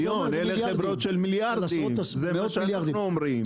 אלה חברות של מיליארדים זה מה שאנחנו אומרים,